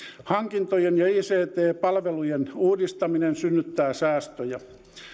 hankintojen ja ict palvelujen uudistaminen synnyttää säästöjä